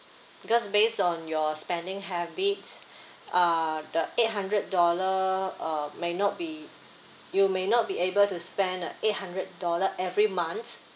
because based on your spending habits uh the eight hundred dollar uh may not be you may not be able to spend a eight hundred dollar every month